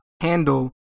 handle